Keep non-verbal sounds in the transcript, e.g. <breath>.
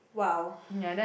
!wow! <breath>